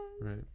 Right